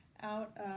out